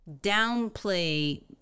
downplay